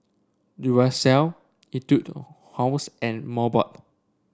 Duracell Etude House and Mobot